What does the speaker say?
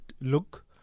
look